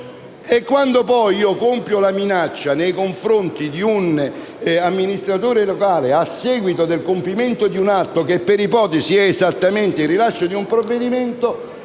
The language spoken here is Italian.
mentre se la compio nei confronti di un amministratore locale a seguito del compimento di un atto che, per ipotesi, è esattamente il rilascio di un provvedimento,